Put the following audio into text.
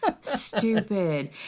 Stupid